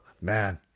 man